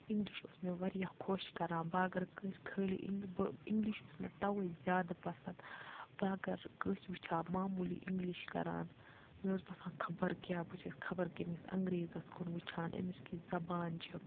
English اوس مےٚ واریاہ خۄش کَران بہٕ اگر کٲنٛسہِ خٲلی بہٕ اِنٛگلِش اوس مےٚ تَوَے زیادٕ پَسنٛد بہٕ اگر کٲنٛسہِ وٕچھ ہا معموٗلی اِنٛگلِش کَران مےٚ اوس باسان خبر کیٛاہ بہٕ چھَس خبر کٔمِس انٛگریزَس کُن وٕچھان أمِس کِژھ زبان چھِ